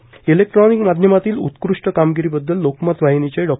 तर इलेक्ट्रानिक माध्यमातील उत्कृष्ट कामगिरीबद्दल लोकमत वाहिनीचे डॉ